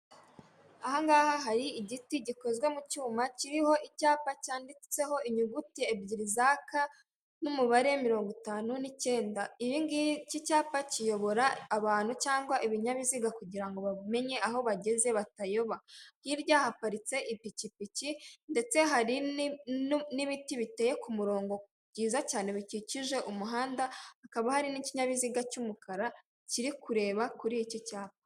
Aha ngaha hari igiti gikozwe mu cyuma kiriho icyapa cyanditseho inyuguti ebyiri za K n'umubare mirongo itanu n'icyenda ibi ngibi, iki cyapa kiyobora abantu cyangwa ibinyabiziga kugirango babimenye aho bageze batayoba hirya haparitse ipikipiki, ndetse hari n'ibiti biteye ku murongo byiza cyane bikikije umuhanda hakaba hari n'ikinyabiziga cy'umukara kiri kureba kuri iki cyapa.